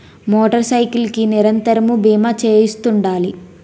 motor cycle కి నిరంతరము బీమా చేయిస్తుండాలి